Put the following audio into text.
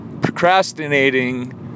Procrastinating